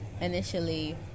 initially